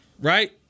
right